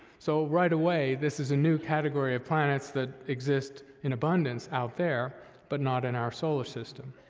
so right away, this is a new category of planets that exist in abundance out there but not in our solar system.